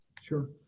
Sure